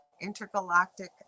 intergalactic